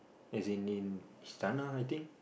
as in in Istana I think